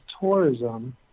tourism